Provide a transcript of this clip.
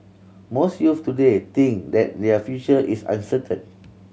most youths today think that their future is uncertain